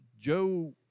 Joe